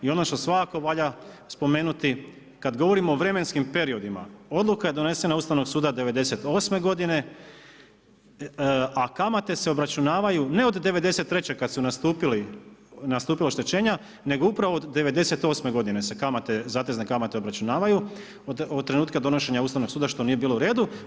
I ono što svakako valja spomenuti, kada govorimo o vremenskim periodima, odluka donesena Ustavnog suda '98.g. a kamate se obračunavaju, ne od '93. kad su nastupili, nastupila oštećenja, nego upravo od '98. g. se zatezne kamate obračunavanju, od trenutka donošenja Ustavnog suda što nije bilo u redu.